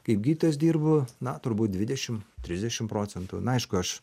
kaip gydytojas dirbu na turbūt dvidešim trisdešim procentų na aišku aš